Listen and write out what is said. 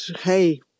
hey